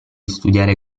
studiare